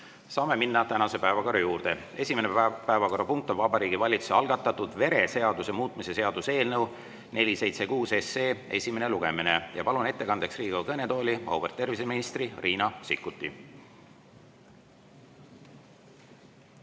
Saame minna tänase päevakorra juurde. Esimene päevakorrapunkt on Vabariigi Valitsuse algatatud vereseaduse muutmise seaduse eelnõu 476 esimene lugemine. Palun ettekandeks Riigikogu kõnetooli auväärt terviseministri Riina Sikkuti.